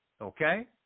okay